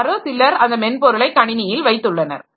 யாரோ சிலர் அந்த மென்பொருளை கணினியில் வைத்துள்ளனர்